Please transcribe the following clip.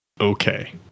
Okay